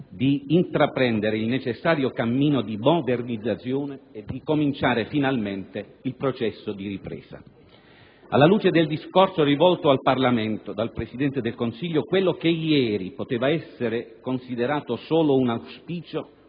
di intraprendere il necessario cammino di modernizzazione e di ricominciare finalmente il processo di ripresa. Alla luce del discorso rivolto al Parlamento dal Presidente del Consiglio, quello che ieri poteva essere considerato solo un auspicio